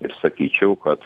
ir sakyčiau kad